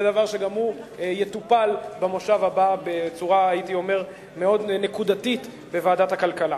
זה דבר שגם הוא יטופל בוועדת הכלכלה בצורה מאוד נקודתית במושב הבא.